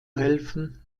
helfen